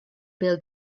bêl